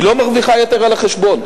היא לא מרוויחה יותר על החשבון.